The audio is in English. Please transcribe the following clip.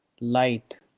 light